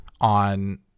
on